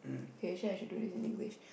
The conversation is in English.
okay I should do it in English